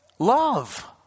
Love